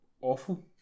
awful